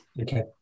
Okay